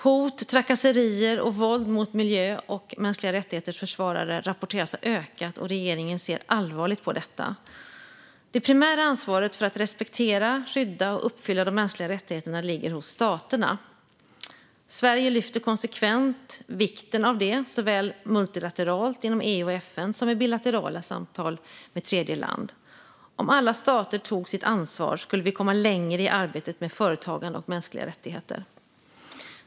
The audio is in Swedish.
Hot, trakasserier och våld mot miljöförsvarare och försvarare av mänskliga rättigheter rapporteras ha ökat. Regeringen ser allvarligt på detta. Det primära ansvaret för att respektera, skydda och uppfylla de mänskliga rättigheterna ligger hos staterna. Sverige lyfter konsekvent vikten av det, såväl multilateralt inom EU och FN som i bilaterala samtal med tredjeland. Om alla stater tog sitt ansvar skulle vi komma längre i arbetet med företagande och mänskliga rättigheter.